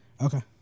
Okay